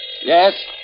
Yes